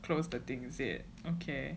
closed the thing is it okay